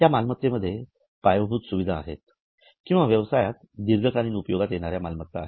या मालमत्तेमध्ये पायाभूत सुविधा आहेत किंवा व्यवसायात दीर्घकालीन उपयोगात येणाऱ्या मालमत्ता आहेत